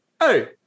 hey